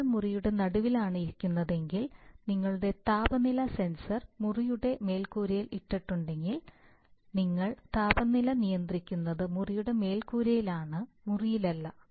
നിങ്ങൾ മുറിയുടെ നടുവിലാണ് ഇരിക്കുന്നതെങ്കിൽ നിങ്ങളുടെ താപനില സെൻസർ മുറിയുടെ മേൽക്കൂരയിൽ ഇട്ടിട്ടുണ്ടെങ്കിൽ നിങ്ങൾ താപനില നിയന്ത്രിക്കുന്നത് മുറിയുടെ മേൽക്കൂരയിൽ ആണ് മുറിയിലല്ല